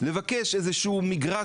לבקש איזשהו מגרש.